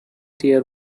tear